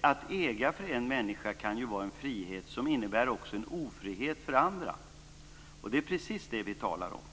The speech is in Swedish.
Att äga kan för en människa vara en frihet som också innebär en ofrihet för andra. Det är precis det vi talar om.